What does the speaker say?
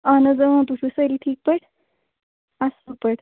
اَہَن حظ تُہۍ چھِو سٲری ٹھیٖک پٲٹھۍ اَصٕل پٲٹھۍ